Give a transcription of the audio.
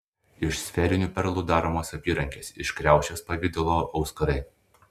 iš sferinių perlų daromos apyrankės iš kriaušės pavidalo auskarai